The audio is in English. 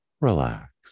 relax